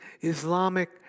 Islamic